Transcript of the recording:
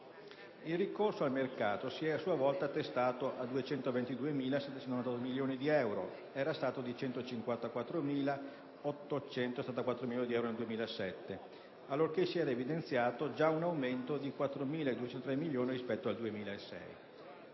Il ricorso al mercato si è a sua volta attestato a 222.798 milioni di euro (era stato di 154.874 milioni di euro nel 2007, allorché si era evidenziato già un aumento di 4.203 milioni rispetto al 2006).